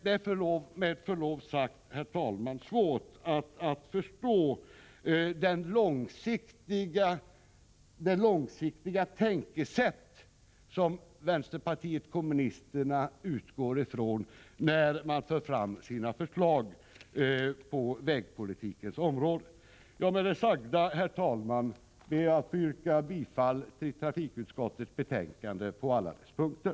Det är med förlov sagt svårt att förstå det långsiktiga tänkesätt som vänsterpartiet kommunisterna utgår ifrån när man för fram sina förslag på vägpolitikens område. Herr talman! Med det sagda ber jag att få yrka bifall till trafikutskottets hemställan på alla punkter.